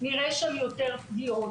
נראה שם יותר פגיעות.